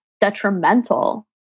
detrimental